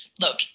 look